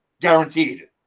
Guaranteed